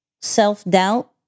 self-doubt